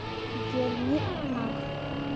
ᱜᱮᱞ ᱢᱤᱫ ᱢᱟᱜᱽ